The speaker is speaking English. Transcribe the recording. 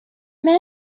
man